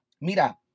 Mira